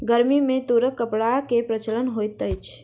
गर्मी में तूरक कपड़ा के प्रचलन होइत अछि